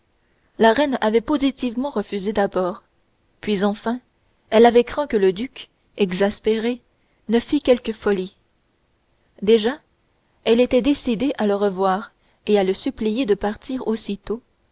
la reine avait positivement refusé d'abord puis enfin elle avait craint que le duc exaspéré ne fît quelque folie déjà elle était décidée à le recevoir et à le supplier de partir aussitôt